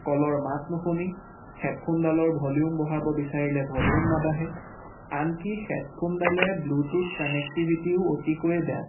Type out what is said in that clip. কলৰ মাত নুশুনি হেডফোনডালৰ ভলিউম বঢ়াব বিচাৰিলে ভলিউম নাবাঢ়ে আনকি হেডফোনডালে ব্লুটুথ কানেক্টিভিটিও অতিকৈয়ে বেয়া